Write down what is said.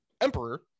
emperor